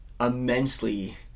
immensely